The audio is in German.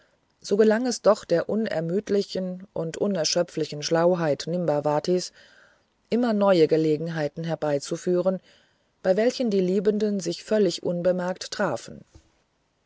so gelang es doch der unermüdlichen und unerschöpflichen schlauheit nimbavatis immer neue gelegenheiten herbeizuführen bei welchen die liebenden sich völlig unbemerkt trafen